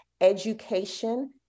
education